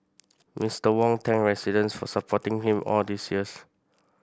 Mister Wong thanked residents for supporting him all these years